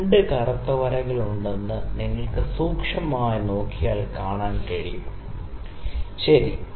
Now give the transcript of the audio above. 2 കറുത്ത വരകളുണ്ടെന്ന് നിങ്ങൾക്ക് സൂക്ഷ്മമായി നോക്കിയാൽ കാണാൻ കഴിയും ശരി